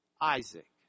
Isaac